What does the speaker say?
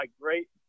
great